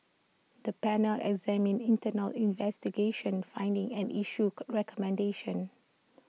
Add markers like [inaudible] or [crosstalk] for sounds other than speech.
the panel examined internal investigation findings and issued [unintelligible] recommendations